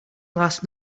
last